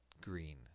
green